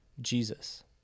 Jesus